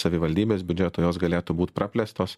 savivaldybės biudžeto jos galėtų būt praplėstos